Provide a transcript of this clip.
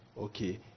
okay